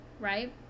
Right